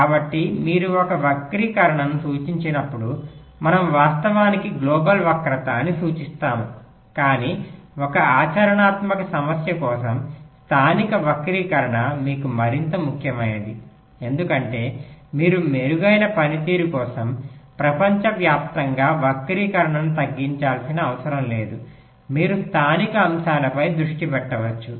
కాబట్టి మీరు ఒక వక్రీకరణను సూచించినప్పుడు మనము వాస్తవానికి గ్లోబల్ వక్రత అని సూచిస్తాము కాని ఒక ఆచరణాత్మక సమస్య కోసం స్థానిక వక్రీకరణ మీకు మరింత ముఖ్యమైనది ఎందుకంటే మీరు మెరుగైన పనితీరు కోసం ప్రపంచవ్యాప్తంగా వక్రీకరణను తగ్గించాల్సిన అవసరం లేదు మీరు స్థానిక అంశాలపై దృష్టి పెట్టవచ్చు